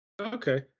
Okay